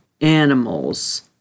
animals